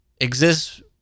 exists